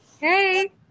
Hey